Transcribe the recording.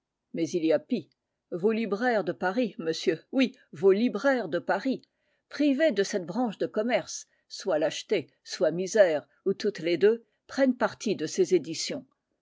mais il y a pis vos libraires de paris monsieur oui vos libraires de paris privés de cette branche de commerce soit lâcheté soit misère ou toutes les deux prennent partie de ces éditions